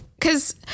cause